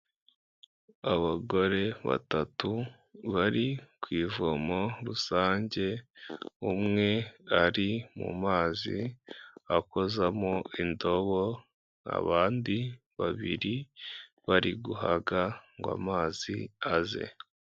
Abagore batatu bari ku ivomo rusange umwe ari mu mazi akozamo indobo, abandi babiri bariguhaga ngo amazi aze.